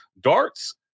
Darts